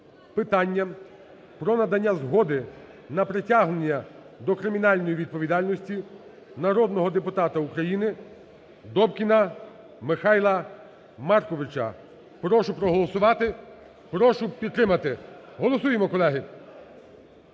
питання про надання згоди на притягнення до кримінальної відповідальності народного депутата України Добкіна Михайла Марковича. Прошу проголосувати, прошу підтримати. Голосуємо, колеги,